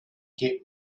get